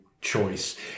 choice